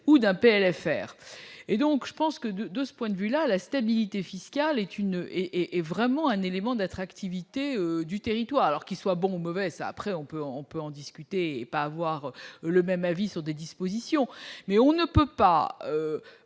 ou d'un PLFR et donc je pense que de ce point de vue-là la stabilité fiscale est une est est vraiment un élément d'attractivité du territoire qu'qui soient bon mauvais après on peut, on peut en discuter, pas avoir le même avis sur des dispositions, mais on ne peut pas